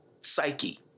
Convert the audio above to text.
psyche